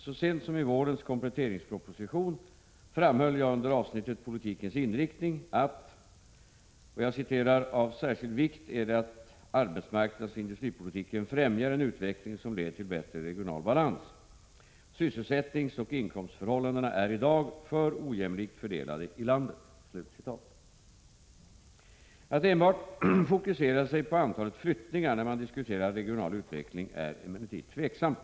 Så sent som i vårens kompletteringsproposition framhöll jag under avsnittet politikens inriktning: ”Av särskild vikt är det att arbetsmarknadsoch industripolitiken främjar en utveckling som leder till bättre regional balans. Sysselsättningsoch inkomstförhållandena är i dag för ojämlikt fördelade i landet.” Att enbart fokusera sig på antalet flyttningar när man diskuterar regional utveckling är emellertid tveksamt.